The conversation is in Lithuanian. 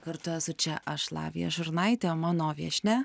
kartu esu čia aš lavija šurnaitė o mano viešnia